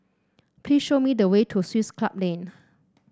please show me the way to Swiss Club Lane